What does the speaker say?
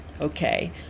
okay